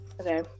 okay